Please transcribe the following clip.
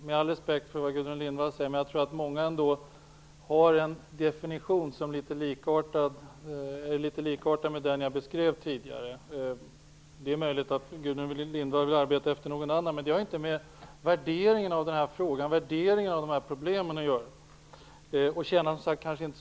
Med all respekt för vad Gudrun Lindvall säger tror jag att många har en definition som är likartad med den jag beskrev tidigare. Det är möjligt att Gudrun Lindvall vill arbeta efter någon annan definition, men det har inte med värderingen av frågan och problemen att göra. Det har inte särskilt stort syfte.